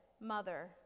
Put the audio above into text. mother